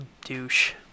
douche